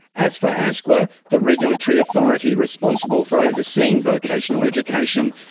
as for asqa, the regulatory authority responsible for overseeing vocational education,